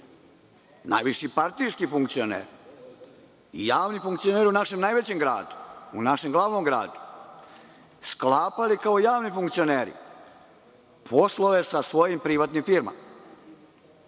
najviši partijski funkcioneri i javni funkcioneri u našem najvećem gradu, u našem glavnom gradu, sklapali kao javni funkcioneri poslove sa svojim privatnim firmama.O